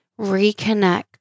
reconnect